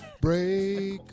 Break